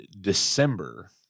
december